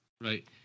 Right